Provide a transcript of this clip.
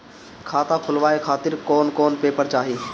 खाता खुलवाए खातिर कौन कौन पेपर चाहीं?